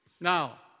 Now